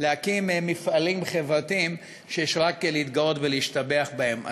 להקים מפעלים חברתיים שיש רק להתגאות ולהשתבח בהם.